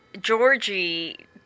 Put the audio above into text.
Georgie